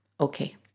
okay